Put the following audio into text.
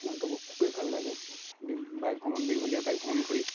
মনটো খুবেই ভাল লাগে দিন বাইক ভ্ৰমণ দীঘলীয়া বাইক ভ্ৰমণ কৰি